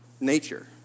nature